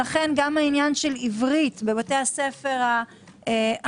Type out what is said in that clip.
לכן גם העניין של עברית בבתי הספר הערביים,